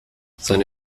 seine